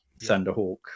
Thunderhawk